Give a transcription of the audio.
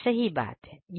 सही बात है